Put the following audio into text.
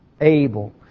Abel